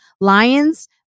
lions